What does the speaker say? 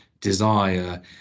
desire